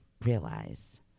realize